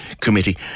Committee